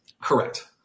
Correct